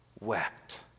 wept